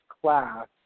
class